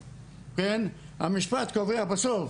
בית המשפט קבע בסוף,